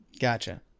gotcha